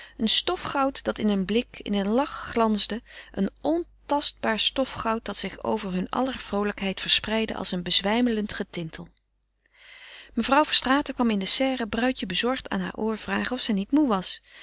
een stofgoud dat in een blik in een lach glansde een ontastbaar stofgoud dat zich over hun aller vroolijkheid verspreidde als een bezwijmelend getintel mevrouw verstraeten kwam in de serre bruidje bezorgd aan heur oor vragen of zij niet moê was